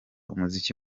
umuziki